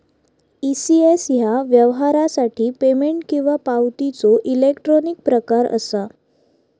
ECS ह्या व्यवहारासाठी payment किंवा पावतीचो इलेक्ट्रॉनिक प्रकार असा